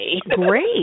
Great